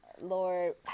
Lord